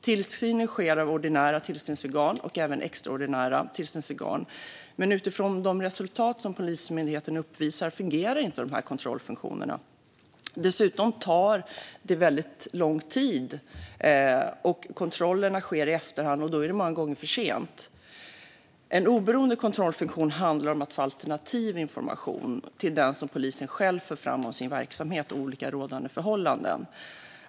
Tillsynen utförs av ordinära tillsynsorgan och även av extraordinära tillsynsorgan, men utifrån de resultat som Polismyndigheten uppvisar fungerar inte de här kontrollfunktionerna. Dessutom tar det väldigt lång tid. Kontrollerna sker i efterhand, och då är det många gånger för sent. En oberoende kontrollfunktion handlar om att få alternativ information till den som polisen själv för fram om sin verksamhet och olika rådande förhållanden.